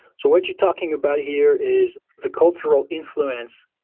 so what you're talking about here is the cultural influence